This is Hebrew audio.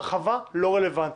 הרחבה לא רלוונטית,